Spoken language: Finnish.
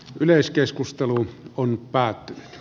yleiskeskustelu on päättynyt